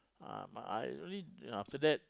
ah but I only ah after that